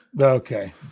Okay